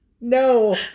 No